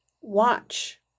watch